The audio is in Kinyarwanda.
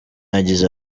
yagize